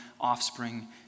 offspring